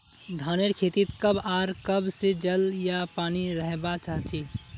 धानेर खेतीत कब आर कब से जल या पानी रहबा चही?